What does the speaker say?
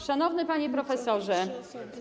Szanowny Panie Profesorze!